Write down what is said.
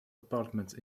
apartments